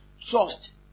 Trust